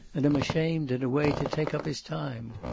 and am ashamed in a way to take up his time.